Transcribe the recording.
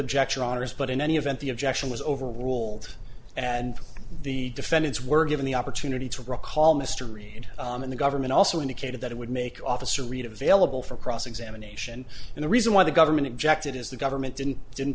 objection on us but in any event the objection was overruled and the defendants were given the opportunity to recall mr reed and the government also indicated that it would make officer read available for cross examination and the reason why the government objected is the government didn't didn't